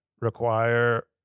require